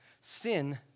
Sin